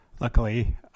Luckily